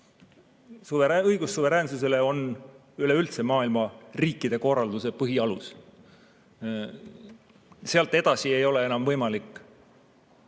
Õigus suveräänsusele on üleüldse maailma riikide korralduse põhialus. Sealt edasi ei ole enam võimalik